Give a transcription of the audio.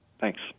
Thanks